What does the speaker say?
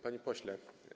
Panie Pośle!